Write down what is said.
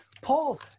Paul